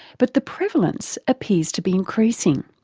but the prevalence appears to be increasing.